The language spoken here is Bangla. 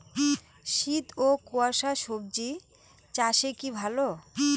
শীত ও কুয়াশা স্বজি চাষে কি ভালো?